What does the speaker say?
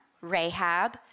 Rahab